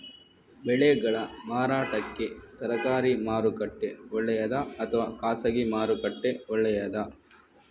ಬೆಳೆಗಳ ಮಾರಾಟಕ್ಕೆ ಸರಕಾರಿ ಮಾರುಕಟ್ಟೆ ಒಳ್ಳೆಯದಾ ಅಥವಾ ಖಾಸಗಿ ಮಾರುಕಟ್ಟೆ ಒಳ್ಳೆಯದಾ